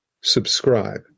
subscribe